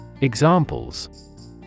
Examples